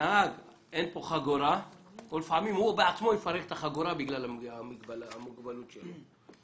שאין כאן חגורה או לפעמים הילד בעצמו יפרק את החגורה בגלל המוגבלות שלו.